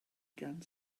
gan